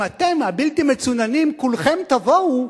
אם אתם, הבלתי מצוננים, כולכם תבואו,